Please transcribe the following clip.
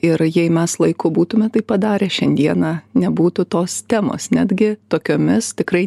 ir jei mes laiku būtume taip padarę šiandieną nebūtų tos temos netgi tokiomis tikrai